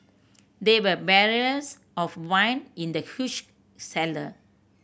there were barrels of wine in the huge cellar